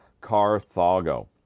Carthago